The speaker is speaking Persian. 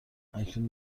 اکنون